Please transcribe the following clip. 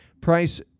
price